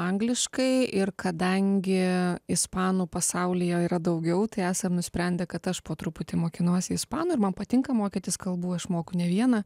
angliškai ir kadangi ispanų pasaulyje yra daugiau tai esam nusprendę kad aš po truputį mokinuosi ispanų ir man patinka mokytis kalbų aš moku ne vieną